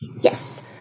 Yes